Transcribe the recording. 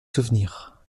souvenir